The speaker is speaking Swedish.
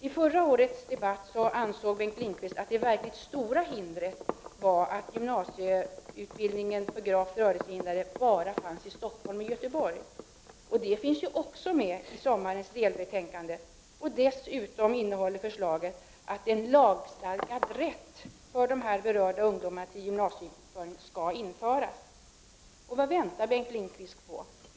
I förra årets debatt ansåg Bengt Lindqvist att det verkligt stora hindret var att gymnasieutbildningen för gravt rörelsehindrade ungdomar endast fanns i Stockholm och Göteborg. Även den frågan finns med i sommarens delbetänkande, och dessutom föreslås att en lagstadgad rätt för de här berörda ungdomarna till gymnasieutbildning skall införas. 3 Vad väntar Bengt Lindqvist på?